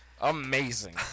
Amazing